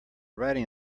writing